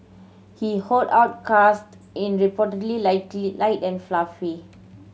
he hollowed out crust in reportedly lightly light and fluffy